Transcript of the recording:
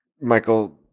Michael